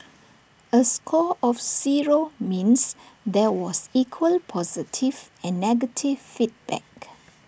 A score of zero means there was equal positive and negative feedback